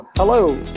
Hello